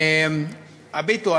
הביטו,